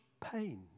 pain